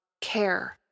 care